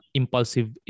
impulsive